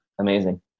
Amazing